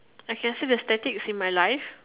I can see the statics in my life